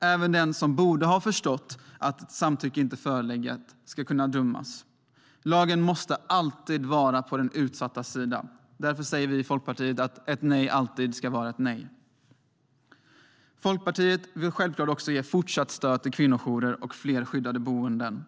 Även den som borde ha förstått att samtycke inte förelegat ska kunna dömas. Lagen måste alltid vara på den utsattas sida. Därför säger vi i Folkpartiet att ett nej alltid ska vara ett nej. Folkpartiet vill självklart också fortsätta att ge stöd till kvinnojourer och fler skyddade boenden.